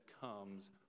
comes